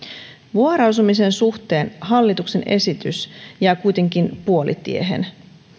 vuoroasumisen suhteen hallituksen esitys jää kuitenkin puolitiehen